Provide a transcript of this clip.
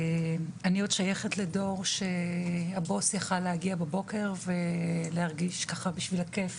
אני עוד שייכת לדור שהבוס יכול היה להגיע בבוקר ולהרגיש בשביל הכיף,